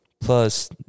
plus